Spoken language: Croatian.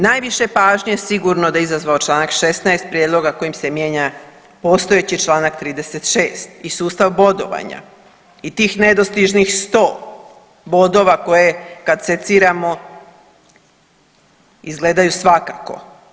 Najviše pažnje sigurno da je izazvao Članak 16. prijedloga kojim se mijenja postojeći Članak 36. i sustav bodovanja i tih nedostižnih 100 bodova koje kad seciramo izgleda svakako.